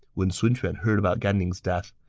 when sun quan heard about gan ning's death,